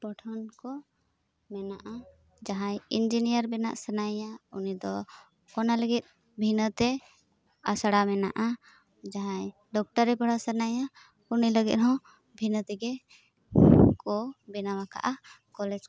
ᱴᱚᱴᱷᱟᱣᱟᱱ ᱠᱚ ᱢᱮᱱᱟᱜᱼᱟ ᱡᱟᱦᱟᱭ ᱤᱧᱡᱤᱱᱤᱭᱟᱨ ᱵᱮᱱᱟᱜ ᱥᱟᱱᱟᱭᱮᱭᱟ ᱩᱱᱤᱫᱚ ᱚᱱᱟ ᱞᱟᱹᱜᱤᱫ ᱵᱷᱤᱱᱟᱹᱛᱮ ᱟᱥᱲᱟ ᱢᱮᱱᱟᱜᱼᱟ ᱡᱟᱦᱟᱸᱭ ᱰᱟᱠᱴᱚᱨᱤ ᱯᱟᱲᱦᱟᱜ ᱥᱟᱱᱟᱭᱮᱭᱟ ᱩᱱᱤ ᱞᱟᱹᱜᱤᱫ ᱦᱚᱸ ᱵᱷᱤᱱᱟᱹ ᱛᱮᱜᱮ ᱠᱚ ᱵᱮᱱᱟᱣᱟᱠᱟᱜᱼᱟ ᱠᱚᱞᱮᱡᱽ ᱠᱚ